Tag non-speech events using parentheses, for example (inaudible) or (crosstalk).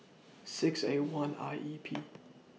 (noise) six A one I E P